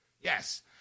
Yes